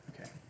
okay